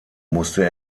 musste